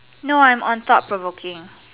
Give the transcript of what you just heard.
no I'm on top for booking